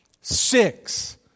six